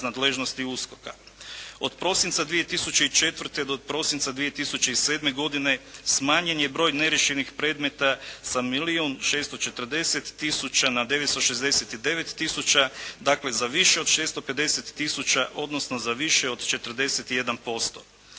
Od prosinca 2004. do prosinca 2007. godine smanjen je broj neriješenih predmeta sa milijun 640 tisuća na 969 tisuća. Dakle za više od 650 tisuća odnosno za više od 41%.